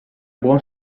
buon